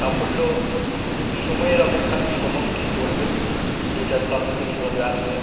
সাফল্য সময়ের অপেক্ষা সময় ঠিক বলবে যে এটার সাফল্য কীভাবে আসবে